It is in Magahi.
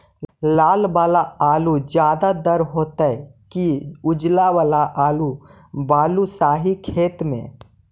लाल वाला आलू ज्यादा दर होतै कि उजला वाला आलू बालुसाही खेत में?